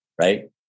right